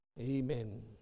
Amen